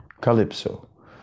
Calypso